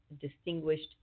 distinguished